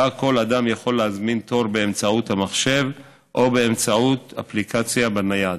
וכל אדם יכול להזמין בה תור באמצעות המחשב או באמצעות אפליקציה בנייד.